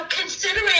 considering